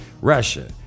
Russia